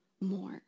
more